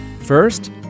First